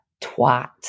twat